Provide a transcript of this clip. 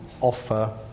offer